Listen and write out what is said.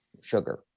sugar